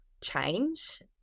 change